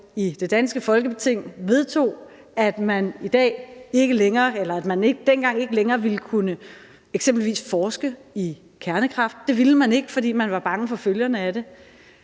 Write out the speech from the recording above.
i det danske Folketing vedtog, at man dengang ikke længere skulle kunne eksempelvis forske i kernekraft. Det ville man ikke, fordi man var bange for følgerne af det.